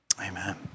Amen